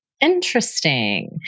Interesting